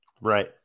Right